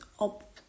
up